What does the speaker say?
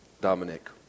Dominic